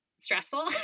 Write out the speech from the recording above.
stressful